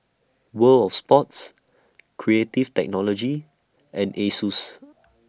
World of Sports Creative Technology and Asus